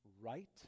right